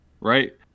right